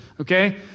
okay